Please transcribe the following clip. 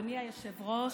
אדוני היושב-ראש,